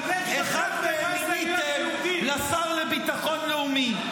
--- אחד מהם מיניתם לשר לביטחון לאומי.